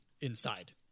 inside